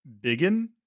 biggin